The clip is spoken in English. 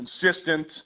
consistent